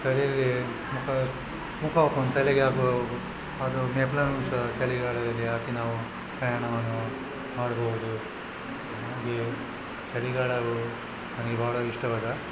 ತಲೆಗೆ ಮುಖ ಮುಖ ಹಾಕ್ಕೊಂಡು ತಲೆಗೆ ಹಾಕುವ ಅದು ಮೆಫ್ಲನ್ ಸಹ ಚಳಿಗಾಲದಲ್ಲಿ ಹಾಕಿ ನಾವು ಪ್ರಯಾಣವನ್ನು ಮಾಡಬಹುದು ಹಾಗೆಯೇ ಚಳಿಗಾಲವು ನನಗೆ ಬಹಳ ಇಷ್ಟವಾದ